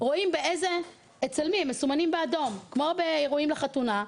רואים אצל מי הם מסומנים באדום כמו באירועים לחתונה,